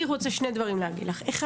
אני רוצה להגיד לך שני דברים: א',